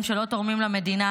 לעבריינים שלא תורמים למדינה,